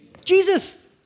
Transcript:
Jesus